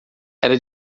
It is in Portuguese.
era